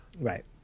right